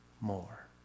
more